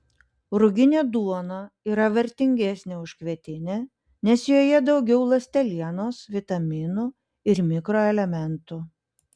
ruginė duona yra vertingesnė už kvietinę nes joje daugiau ląstelienos vitaminų ir mikroelementų